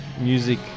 music